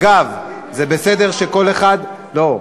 אגב, זה בסדר שכל אחד, לא.